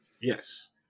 Yes